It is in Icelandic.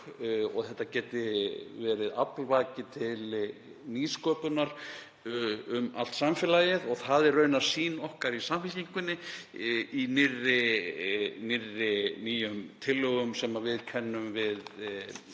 lyftistöng og verið aflvaki til nýsköpunar um allt samfélagið. Það er raunar sýn okkar í Samfylkingunni í nýjum tillögum sem við kennum við